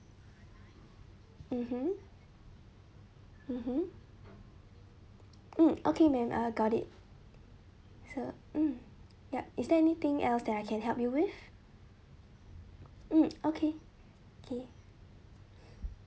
mmhmm mmhmm mm okay madam I got it so mm yup is there anything else that I can help you with it mm okay K